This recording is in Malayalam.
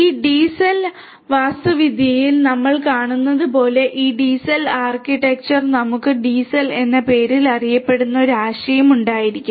ഈ ഡിസെൽ വാസ്തുവിദ്യയിൽ നമ്മൾ കാണുന്നതുപോലെ ഈ ഡിസൽ ആർക്കിടെക്ചർ നമുക്ക് ഡിസൽ എന്ന പേരിൽ അറിയപ്പെടുന്ന ഒരു ആശയം ഉണ്ടായിരിക്കും